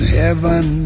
heaven